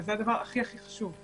שזה הדבר הכי חשוב.